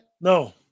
No